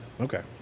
Okay